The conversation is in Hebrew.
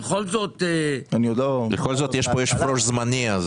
בכל זאת --- בכל זאת יש פה יושב-ראש זמני,